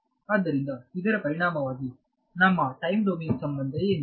ಆದ್ದರಿಂದ ಇದರ ಪರಿಣಾಮವಾಗಿ ನಮ್ಮ ಟೈಮ್ ಡೊಮೇನ್ ಸಂಬಂಧ ಏನು